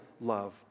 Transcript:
love